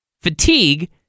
fatigue